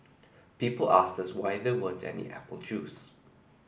people asked us why there weren't any apple juice